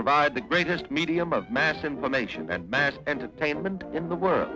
provide the greatest medium of mass information and mass entertainment in the world